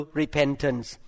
repentance